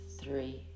three